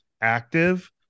active